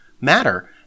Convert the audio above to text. matter